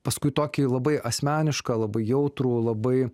paskui tokį labai asmenišką labai jautrų labai